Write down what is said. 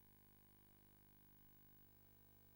כי